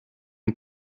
une